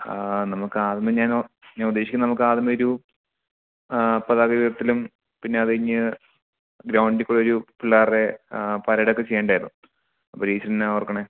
ആ നമുക്ക് ആകുന്നത് ഞാൻ ഞാൻ ഉദ്ദേശിക്കുന്നത് നമുക്ക് ആകുന്ന ഒരു പതാക ഉയർത്തലും പിന്നെ അതുകഴിഞ്ഞ് ഗ്രൗണ്ടിൽക്കൂടെ ഒരു പിള്ളേരുടെ പരേഡ് ഒക്കെ ചെയ്യേണ്ടതായിരുന്നു അപ്പം ടീച്ചറെന്നാ ഓർക്കുന്നത്